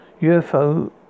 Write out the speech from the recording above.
UFO